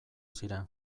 ziren